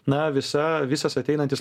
na visa visas ateinantis